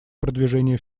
продвижения